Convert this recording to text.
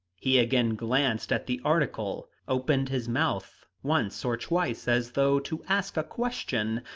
he again glanced at the article, opened his mouth once or twice as though to ask a question,